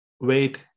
wait